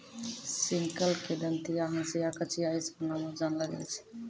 sickle के दंतिया, हंसिया, कचिया इ सभ नामो से जानलो जाय छै